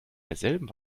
derselben